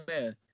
man